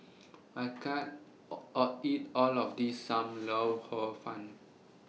I can't All All eat All of This SAM Lau Hor Fun